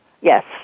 Yes